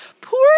Poor